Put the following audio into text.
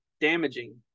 damaging